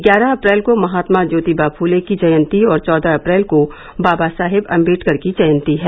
ग्यारह अप्रैल को महात्मा ज्योतिबा फूले की जयंती और चौदह अप्रैल को बाबा साहेब अम्बेडकर की जयंती है